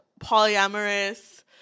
polyamorous